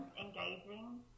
engaging